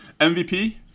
MVP